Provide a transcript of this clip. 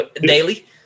Daily